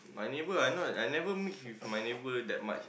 my neighbour I know I never mix with my neighbour that much